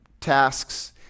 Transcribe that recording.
tasks